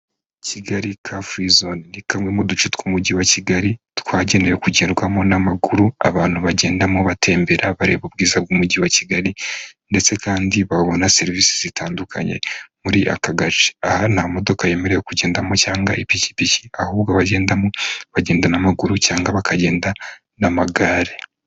Kigali ka furi zone ni kamwe mu duce tw'umujyi wa kigali twagenewe kugendwamo n'amakuru abantu bagendamo batembera bareba ubwiza bw'umujyi wa kigali, ndetse kandi babona serivisi zitandukanye muri aka gace, aha nta modoka yemerewe kugendamo cyangwa ipikipiki ahubwo bagendamo bagenda n'amaguru cyangwa bakagenda n'amagare.